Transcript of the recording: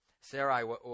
Sarah